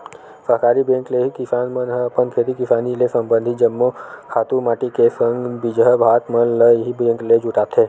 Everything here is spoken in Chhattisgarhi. सहकारी बेंक ले ही किसान मन ह अपन खेती किसानी ले संबंधित जम्मो खातू माटी के संग बीजहा भात मन ल इही बेंक ले जुटाथे